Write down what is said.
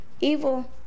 Evil